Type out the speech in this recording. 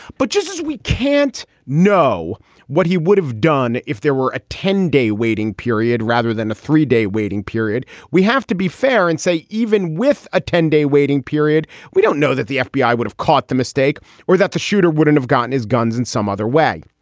but just as we can't know what he would have done if there were a ten day waiting period rather than a three day waiting period. we have to be fair and say even with a ten day waiting period. we don't know that the fbi would have caught the mistake or that the shooter wouldn't have gotten his guns in some other way.